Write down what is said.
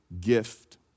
gift